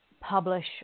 publish